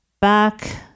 back